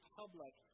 public